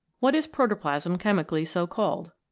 what is protoplasm chemically so called?